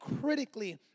critically